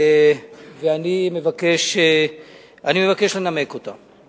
ואני מבקש לנמק אותה.